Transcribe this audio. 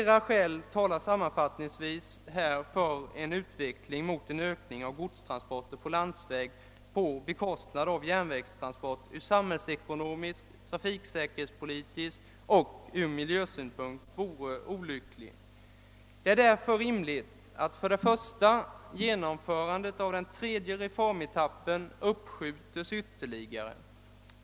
Sammanfattningsvis vill jag säga att flera skäl talar för att en ökning av godstransporterna på landsväg på järnvägtransporternas bekostnad vore olycklig såväl ur samhällsekonomisk synpunkt som ur trafiksäkerhetsoch miljösynpunkt. Det är därför rimligt att genomförandet av den tredje reformetappen uppskjuts ytterligare.